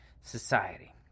society